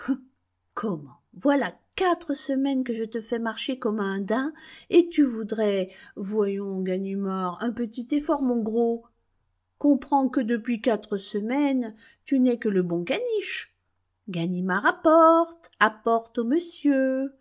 comment voilà quatre semaines que je te fais marcher comme un daim et tu voudrais voyons ganimard un petit effort mon gros comprends que depuis quatre semaines tu n'es que le bon caniche ganimard apporte apporte au monsieur